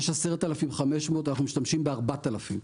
יש 10,500, אנחנו משתמשים ב-4,000.